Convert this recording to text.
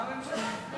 מה הממשלה, ?